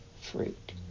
fruit